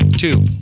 Two